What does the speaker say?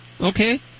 Okay